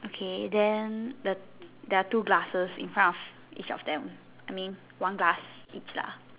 okay then there are two glasses in front of each of them I mean one glass each lah